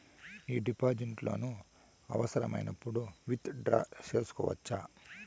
ఈ డిపాజిట్లను అవసరమైనప్పుడు విత్ డ్రా సేసుకోవచ్చా?